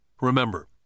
Remember